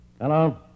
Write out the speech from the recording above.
Hello